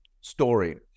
story